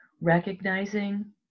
recognizing